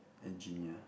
engineer